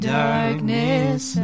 darkness